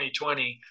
2020